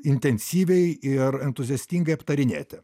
intensyviai ir entuziastingai aptarinėti